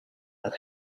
are